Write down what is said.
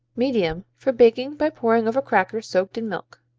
medium for baking by pouring over crackers soaked in milk.